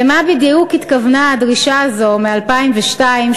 למה בדיוק התכוונה הדרישה הזאת מ-2002,